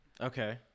Okay